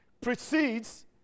precedes